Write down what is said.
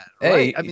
Hey